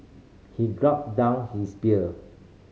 he gulped down his beer